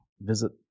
Visit